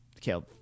Killed